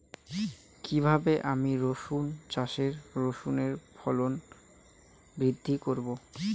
কীভাবে আমি রসুন চাষে রসুনের ফলন বৃদ্ধি করব?